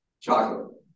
Chocolate